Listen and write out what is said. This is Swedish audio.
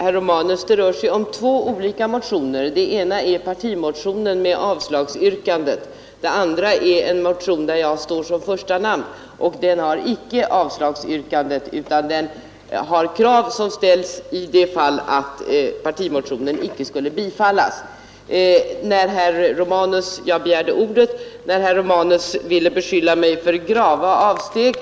Fru talman! Det rör sig om två olika motioner. Den ena är partimotionen med avslagsyrkandet. Den andra är en motion, där jag står som första namn, och den innehåller icke något avslagsyrkande utan gäller krav som ställs i det fall partimotionen icke skulle bifallas. Jag begärde ordet när herr Romanus ville beskylla mig för grava avsteg.